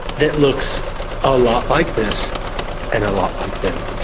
that looks a lot like this and a lot like them.